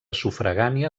sufragània